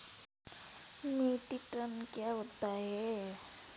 Metric tonne क्या होता है?